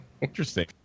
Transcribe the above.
interesting